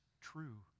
true